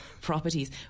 properties